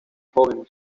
jóvenes